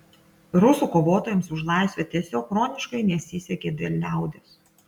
rusų kovotojams už laisvę tiesiog chroniškai nesisekė dėl liaudies